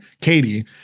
Katie